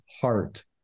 heart